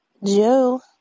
Joe